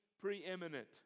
preeminent